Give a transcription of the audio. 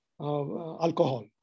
alcohol